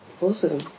Awesome